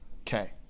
Okay